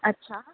अछा